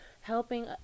helping